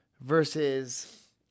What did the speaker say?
versus